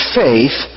faith